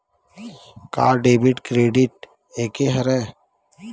का debit credit एके हरय?